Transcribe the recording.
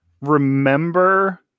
remember